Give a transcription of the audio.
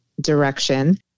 direction